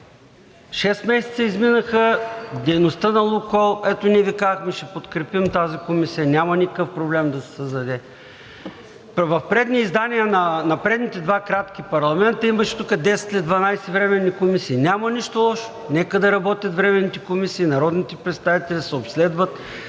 шест месеца изминаха – дейността на „Лукойл“. Ето, ние Вие казахме: ще подкрепим тази комисия, няма никакъв проблем да се създаде. В предни издания на предните два кратки парламента имаше тук 10 или 12 временни комисии. Няма нищо лошо, нека да работят временните комисии, народните представители да обследват